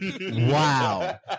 wow